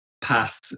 path